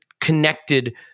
connected